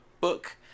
book